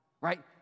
right